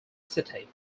city